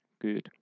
Good